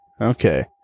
Okay